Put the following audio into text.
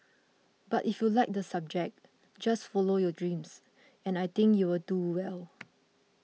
but if you like the subject just follow your dreams and I think you'll do well